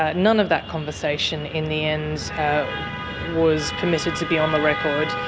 ah none of that conversation in the end was permitted to be on the record.